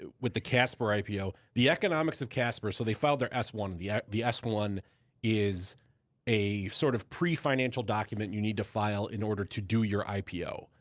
with the casper ipo, the economics of casper, so they filed their s one. the ah the s one is a sort of pre-financial document you need to file in order to do your ipo.